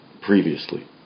previously